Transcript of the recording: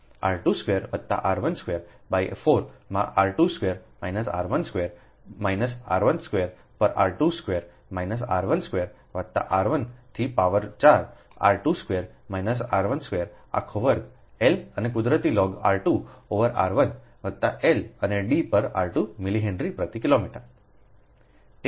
r 2 square વત્તા r 1 square by 4 માં r 2 square minus r 1 square minus r 1 square પર r 2 square minus r 1 square વત્તા r 1 થી power 4 r 2 square minus r 1 square આખો વર્ગ L n કુદરતી log r 2 over r 1 વત્તા L n d પર r 2 millihenry પ્રતિ kilometre